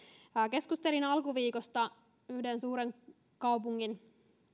keskustelin alkuviikosta yhden suuren kaupungin